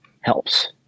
helps